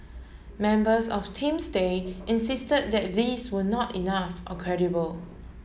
members of Team Stay insisted that these were not enough or credible